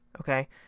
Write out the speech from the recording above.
okay